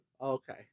Okay